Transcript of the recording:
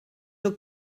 nhw